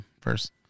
First